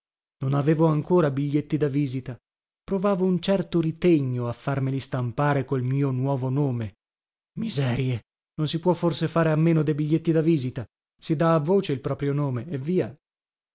non avevo ancora biglietti da visita provavo un certo ritegno a farmeli stampare col mio nuovo nome miserie non si può forse fare a meno de biglietti da visita si dà a voce il proprio nome e via